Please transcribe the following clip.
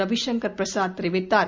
ரவிசங்கர் பிரசாத் தெரிவித்தார்